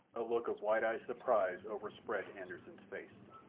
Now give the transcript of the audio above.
a look of wide-eyed surprise overspread anderssen's face.